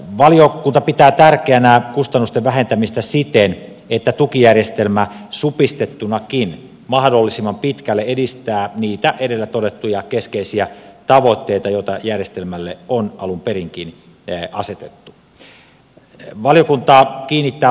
valiokunta pitää tärkeänä kustannusten vähentämistä siten että tukijärjestelmä supistettunakin mahdollisimman pitkälle edistää niitä edellä todettuja keskeisiä tavoitteita joita järjestelmälle on alun perinkin asetettu